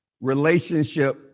relationship